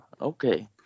Okay